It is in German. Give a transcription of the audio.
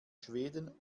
schweden